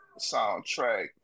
soundtrack